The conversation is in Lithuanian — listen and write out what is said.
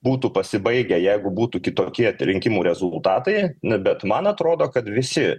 būtų pasibaigę jeigu būtų kitokie rinkimų rezultatai na bet man atrodo kad visi